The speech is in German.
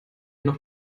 noch